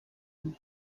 swój